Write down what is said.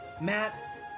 Matt